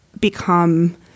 become